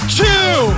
two